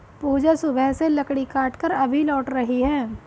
पूजा सुबह से लकड़ी काटकर अभी लौट रही है